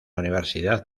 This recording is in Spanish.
universidad